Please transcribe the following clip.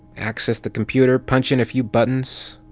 access the computer, punch in a few buttons.